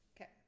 Okay